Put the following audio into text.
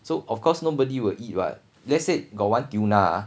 so of course nobody will eat what let's say got one tuna ah